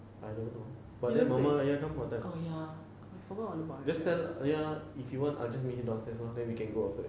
I don't know but then mama ayah come what time just tell ayah if you want I will just meet you downstairs ah then we can go after that